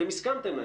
אתם הסכמתם להם.